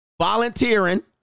Volunteering